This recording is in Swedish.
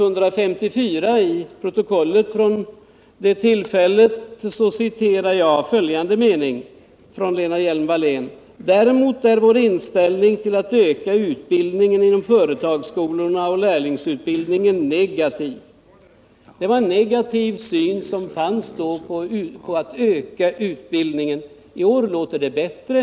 Ur protokollet från det tillfället citerar jag följande uttalande av Lena Hjelm-Wallén: ”Däremot är vår inställning till att öka utbildningen inom företagsskolorna och lärlingsutbildningen negativ.” Då var det alltså en negativ syn när det gällde att öka den här utbildningen. I år låter det bättre.